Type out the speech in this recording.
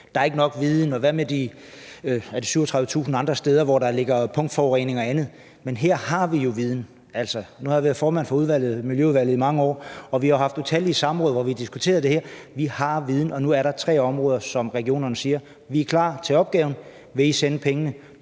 at der ikke er nok viden, og hvad med de 37.000 andre steder, hvor der er punktforureninger og andet? Men her har vi jo viden. Nu har jeg været formand for Miljøudvalget i mange år, og vi har jo haft utallige samråd, hvor vi har diskuteret det her. Vi har viden, og nu er der tre områder, hvor regionerne siger: Vi er klar til opgaven, vil I sende pengene?